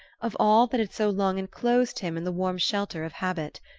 of all that had so long enclosed him in the warm shelter of habit.